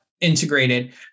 integrated